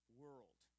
world